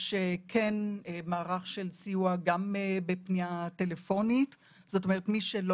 יש מערך של סיוע גם בפניה טלפונית כך שמי שלא